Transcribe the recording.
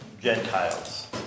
Gentiles